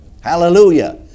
Hallelujah